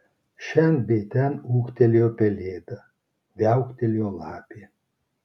šen bei ten ūktelėjo pelėda viauktelėjo lapė